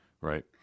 right